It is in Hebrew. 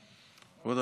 בעד.